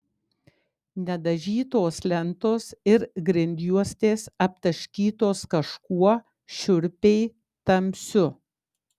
nedažytos lentos ir grindjuostės aptaškytos kažkuo šiurpiai tamsiu